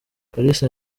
kalisa